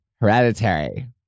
Hereditary